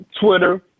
Twitter